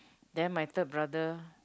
then my third brother